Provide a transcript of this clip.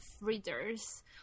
readers